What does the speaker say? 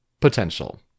Potential